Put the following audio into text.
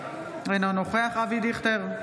אינו נוכח אבי דיכטר,